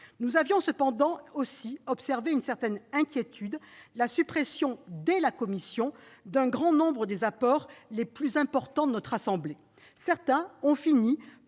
Nous avions cependant aussi observé avec une certaine inquiétude la suppression, dès l'examen du texte en commission, d'un grand nombre des apports les plus importants de notre assemblée. Certains ont fini par